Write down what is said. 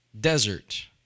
desert